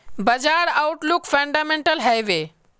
बाजार outlook fundamental हैवै?